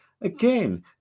again